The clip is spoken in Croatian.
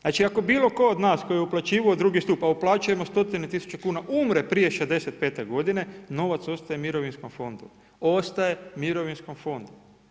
Znači ako bilo tko od nas koji je uplaćivao u drugi stup, a uplaćujemo stotine tisuće kuna umre prije 65 godine novac ostaje mirovinskom fondu, ostaje mirovinskom fondu.